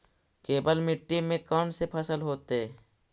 केवल मिट्टी में कौन से फसल होतै?